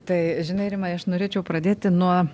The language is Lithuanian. tai žinai rimai aš norėčiau pradėti nuo